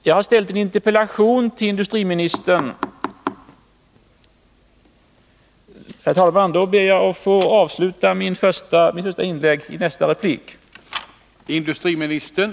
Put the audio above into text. Jag har framställt en interpellation till industriministern, men då tiden nu är ute ber Om innehållet i jag att få avsluta för att återkomma i ett senare anförande. en regeringsupp